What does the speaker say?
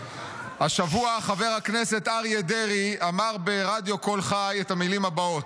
השבוע חבר הכנסת אריה דרעי אמר ברדיו קול חי את המילים הבאות: